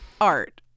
art